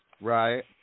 Right